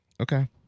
Okay